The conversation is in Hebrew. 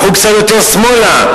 קחו קצת יותר שמאלה.